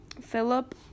Philip